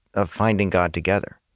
ah finding god together.